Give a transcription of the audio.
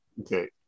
Okay